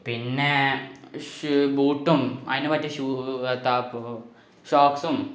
പിന്നേ ഷു ബൂട്ടും അതിനു പറ്റിയ ഷൂ താപ്പു സോക്സും